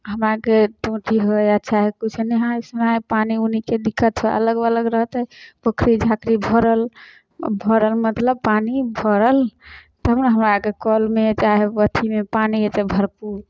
हमरा आरके टोटी है अच्छा है किछो नहि नहाय सुनाय पानि ऊनीके दिक्कत है अगल बगल रहतै पोखरि झाँखरी भरल भरल मतलब पानी भरल तब नऽ हमरा अर के कल मे चाहे अथी मे पानी एतै भरपूर